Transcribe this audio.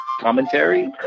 commentary